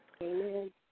Amen